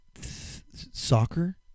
soccer